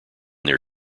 their